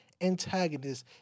antagonists